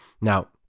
Now